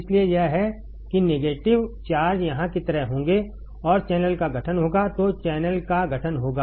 इसलिए यह है कि नेगेटिव चार्ज यहां की तरह होंगे और चैनल का गठन होगा तो चैनल का गठन होगा